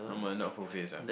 normal not full face ah